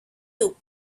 you